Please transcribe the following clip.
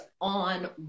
on